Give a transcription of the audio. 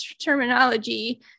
terminology